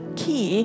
key